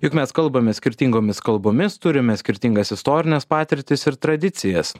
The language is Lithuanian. juk mes kalbame skirtingomis kalbomis turime skirtingas istorines patirtis ir tradicijas